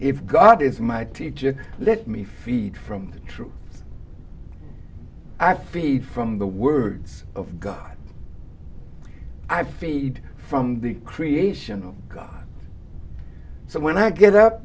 if god is my teacher let me feed from the truth i feed from the words of god i feed from the creation of god so when i get up